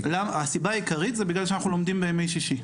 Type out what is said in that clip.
הסיבה העיקרית היא בגלל שאנחנו לומדים ביום שישי,